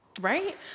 Right